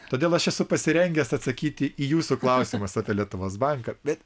todėl aš esu pasirengęs atsakyti į jūsų klausimus apie lietuvos banką bet